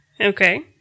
Okay